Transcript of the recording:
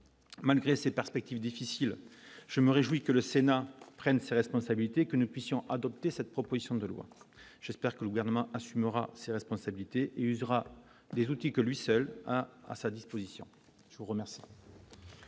malgré ces perspectives difficiles, je me réjouis que le Sénat prenne ses responsabilités, que nous puissions adopter cette proposition de loi, j'espère que le gouvernement assumera ses responsabilités et usera des outils que lui seul a à sa disposition, je vous remercie.